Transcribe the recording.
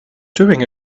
doing